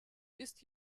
ist